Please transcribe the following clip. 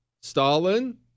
Stalin